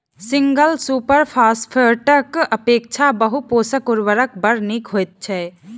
single super फौसफेटक अपेक्षा बहु पोषक उर्वरक बड़ नीक होइत छै